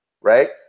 right